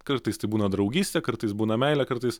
kartais tai būna draugystė kartais būna meilė kartais